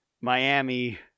Miami